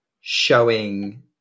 showing